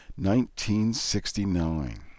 1969